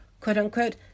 quote-unquote